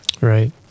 Right